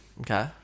Okay